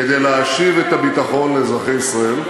כדי להשיב את הביטחון לאזרחי ישראל,